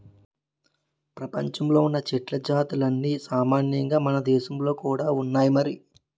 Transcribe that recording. ప్రపంచంలో ఉన్న చెట్ల జాతులన్నీ సామాన్యంగా మనదేశంలో కూడా ఉన్నాయి మరి